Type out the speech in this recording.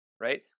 Right